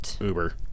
Uber